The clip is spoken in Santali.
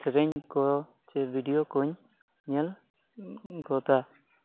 ᱥᱮᱨᱮᱧ ᱠᱚ ᱪᱮ ᱵᱷᱤᱰᱤᱭᱳ ᱠᱚᱹᱧ ᱧᱮᱞ ᱜᱚᱫᱟ